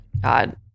God